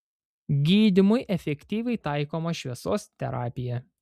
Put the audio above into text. gydymui efektyviai taikoma šviesos terapija